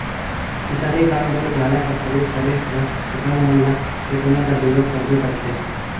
किसानी काम बर गाड़ा कर परियोग करे बर किसान मन ल टेकोना कर जरूरत परबे करथे